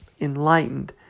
enlightened